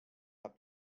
have